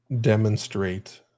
demonstrate